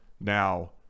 now